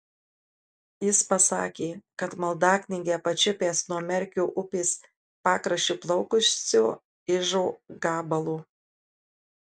jis pasakė kad maldaknygę pačiupęs nuo merkio upės pakraščiu plaukusio ižo gabalo